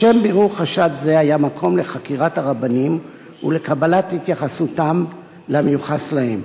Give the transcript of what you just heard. לשם בירור חשד זה היה מקום לחקירת הרבנים ולקבלת התייחסותם למיוחס להם.